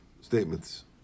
statements